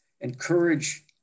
encourage